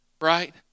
right